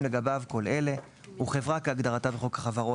לגביו כל אלה: הוא חברה כהגדרתה בחוק החברות,